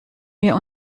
wir